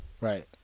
Right